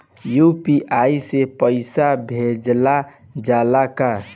UPI से पईसा भेजल जाला का?